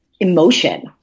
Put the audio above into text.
emotion